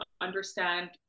understand